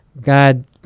God